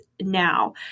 now